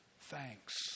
thanks